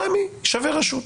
רמ"י היא רשות.